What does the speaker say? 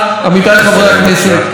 חוק הקולנוע הוא חוק גרוע,